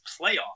playoff